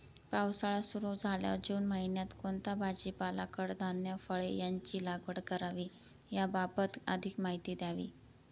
पावसाळा सुरु झाल्यावर जून महिन्यात कोणता भाजीपाला, कडधान्य, फळे यांची लागवड करावी याबाबत अधिक माहिती द्यावी?